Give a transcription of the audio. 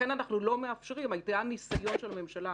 היה ניסיון של הממשלה